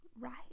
Right